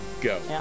go